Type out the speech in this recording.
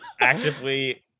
actively